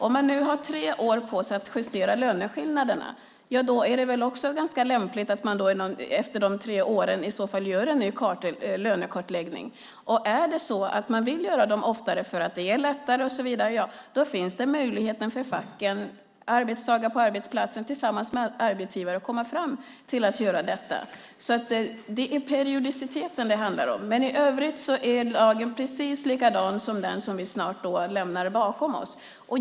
Om man har tre år på sig att justera löneskillnaderna är det ganska lämpligt att man efter de tre åren gör en ny lönekartläggning. Vill man göra dem oftare därför att det är lättare finns det möjlighet för facken och arbetstagare på arbetsplatsen att tillsammans med arbetsgivare komma fram till att göra detta. Det är periodiciteten det handlar om. I övrigt är lagen precis likadan som den som vi snart lämnar bakom oss.